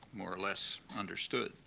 more or less, understood,